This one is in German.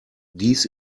dies